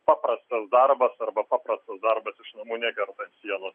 paprastas darbas arba paprastas darbas iš namų nekertant sienos